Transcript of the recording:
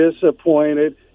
disappointed